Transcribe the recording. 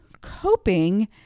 coping